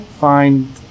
find